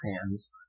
hands